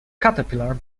caterpillar